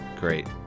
great